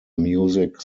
music